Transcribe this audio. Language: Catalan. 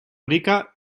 rica